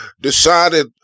decided